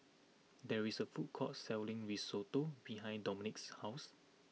there is a food court selling Risotto behind Dominic's house